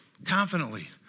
Confidently